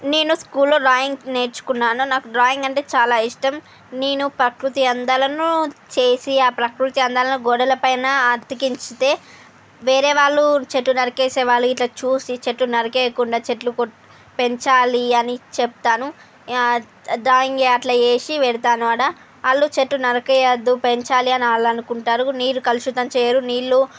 నేను స్కూల్ లో డ్రాయింగ్ నేర్చుకున్నాను నాకు డ్రాయింగ్ అంటే చాలా ఇష్టం నేను ప్రకృతి అందాలను చేసి ఆ ప్రకృతి అందాలను గోడలపైన అతికించితే వేరే వాళ్ళు చెట్టు నరికేసే వాళ్ళు ఇట్లా చూసి చెట్టు నరికి వేయకుండా చెట్లు పెంచాలి అని చెప్తాను డ్రాయింగ్ అట్లా వేసి పెడతాను ఆడ వాళ్లు చెట్లు నరికేయద్దు పెంచాలి అని వాళ్ళు అనుకుంటారు నీరు కలుషితం చేయరు నీళ్లు